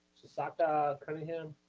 tshaka cunningham.